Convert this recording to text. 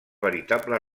veritable